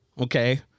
Okay